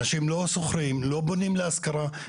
אנשים לא בונים להשכרה.